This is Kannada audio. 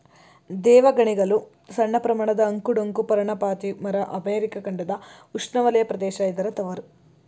ದೇವಗಣಿಗಲು ಸಣ್ಣಪ್ರಮಾಣದ ಅಂಕು ಡೊಂಕು ಪರ್ಣಪಾತಿ ಮರ ಅಮೆರಿಕ ಖಂಡದ ಉಷ್ಣವಲಯ ಪ್ರದೇಶ ಇದರ ತವರು